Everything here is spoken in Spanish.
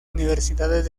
universidades